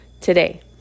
today